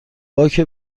باک